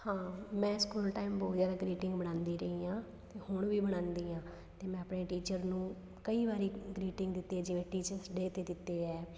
ਹਾਂ ਮੈਂ school time ਬਹੁਤ ਜ਼ਿਆਦਾ ਗਰੀਟਿੰਗ ਬਣਾਉਂਦੀ ਰਹੀ ਹਾਂ ਅਤੇ ਹੁਣ ਵੀ ਬਣਾਉਂਦੀ ਹਾਂ ਅਤੇ ਮੈਂ ਆਪਣੇ ਟੀਚਰ ਨੂੰ ਕਈ ਵਾਰੀ ਗਰੀਟਿੰਗ ਦਿੱਤੇ ਹੈ ਜਿਵੇਂ ਟੀਚਰਸ ਡੇ 'ਤੇ ਦਿੱਤੇ ਹੈ